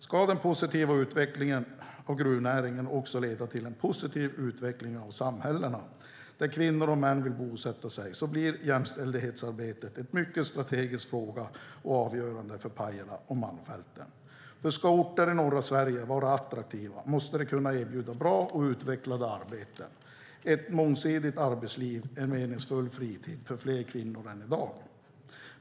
Ska den positiva utvecklingen av gruvnäringen också leda till en positiv utveckling av samhällena där kvinnor och män vill bosätta sig blir jämställdhetsarbetet en mycket strategisk fråga och avgörande för Pajala och Malmfälten. Ska orter i norra Sverige vara attraktiva måste de kunna erbjuda bra och utvecklande arbeten, ett mångsidigt arbetsliv och en meningsfull fritid för fler kvinnor än i dag.